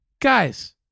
Guys